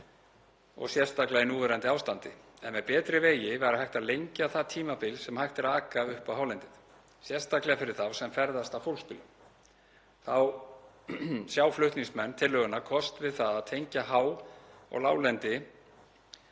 og sérstaklega í núverandi ástandi en með betri vegi væri hægt að lengja það tímabil sem hægt er að aka upp á hálendið, sérstaklega fyrir þá sem ferðast á fólksbílum. Þá sjá flutningsmenn tillögunnar kost við það að tengja há- og láglendi